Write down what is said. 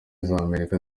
z’amerika